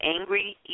angry